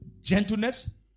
Gentleness